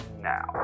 now